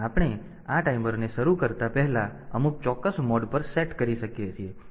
તેથી આપણે આ ટાઈમરને શરૂ કરતા પહેલા અમુક ચોક્કસ મોડ પર સેટ કરી શકીએ છીએ